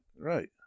right